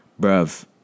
bruv